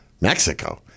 Mexico